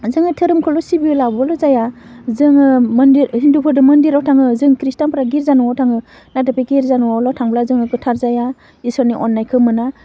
जोङो धोरोमखौल' सिबियोबाल' जाया जोङो मन्दिर हिन्दुफोरदो मन्दिराव थाङो जों खृष्टानफोरा गिरजा न'आव थाङो नाथाय बे गिर्जा न'आवल' थांब्ला जोङो गोथार जाया इसोरनि अन्नायखौ मोना